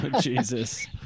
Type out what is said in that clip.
Jesus